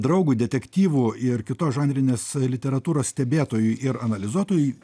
draugui detektyvų ir kitos žanrinės literatūros stebėtojui ir analizuotojui